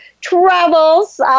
travels